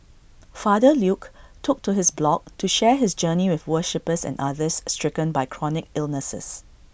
father Luke took to his blog to share his journey with worshippers and others stricken by chronic illnesses